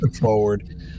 forward